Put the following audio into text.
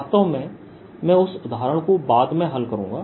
वास्तव में मैं उस उदाहरण को बाद में हल करूंगा